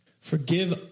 Forgive